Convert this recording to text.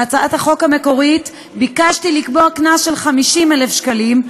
בהצעת החוק המקורית ביקשתי לקבוע קנס של 50,000 שקלים,